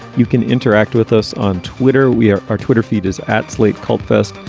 you can interact with us on twitter. we are our twitter feed is at slate called fest.